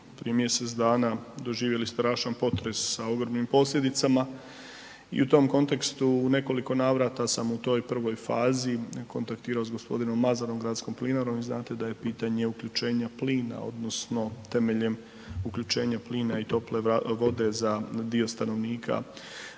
prije mjesec dana doživjeli strašan potres sa ogromnim posljedicama i u tom kontekstu u nekoliko navrata sam u toj prvoj fazi kontaktirao s g. Mazalom i Gradskom Plinarom i znate da je pitanje uključenja plina odnosno temeljem uključenja plina i tople vode za dio stanovnika gradskog